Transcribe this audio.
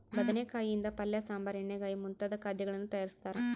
ಬದನೆಕಾಯಿ ಯಿಂದ ಪಲ್ಯ ಸಾಂಬಾರ್ ಎಣ್ಣೆಗಾಯಿ ಮುಂತಾದ ಖಾದ್ಯಗಳನ್ನು ತಯಾರಿಸ್ತಾರ